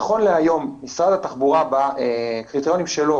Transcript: נכון להיום משרד התחבורה בקריטריונים שלו